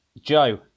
Joe